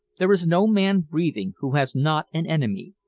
there is no man breathing who has not an enemy,